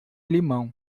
limão